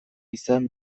izan